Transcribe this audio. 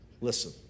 Listen